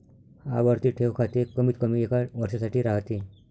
आवर्ती ठेव खाते कमीतकमी एका वर्षासाठी राहते